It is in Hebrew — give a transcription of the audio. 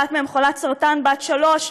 אחת מהן חולת סרטן בת שלוש,